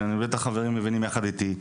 ובטח החברים מבינים יחד איתי,